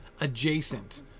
adjacent